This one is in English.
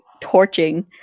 torching